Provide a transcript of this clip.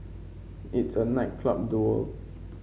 it's a night club duel